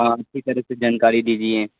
ہاں اچھی طرح سے جانکاری دیجیے